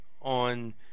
On